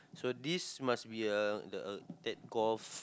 so this must be a the that golf